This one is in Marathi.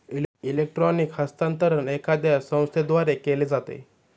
इलेक्ट्रॉनिक हस्तांतरण एखाद्या संस्थेद्वारे केले जाते